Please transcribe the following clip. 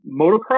motocross